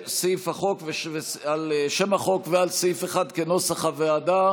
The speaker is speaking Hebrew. על שם החוק ועל סעיף 1 כנוסח הוועדה.